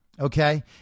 Okay